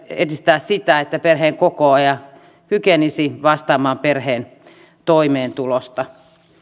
edistää sitä että perheenkokoaja kykenisi vastaamaan perheen toimeentulosta